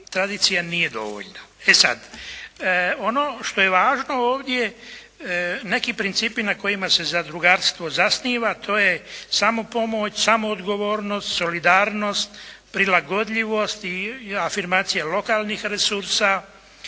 Tradicija nije dovoljna. E sad, ono što je važno ovdje neki principi na kojima se zadrugarstvo zasniva to je samopomoć, samoodgovornost, solidarnost, prilagodljivost, afirmacija lokalnih resursa.